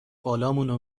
بالامونو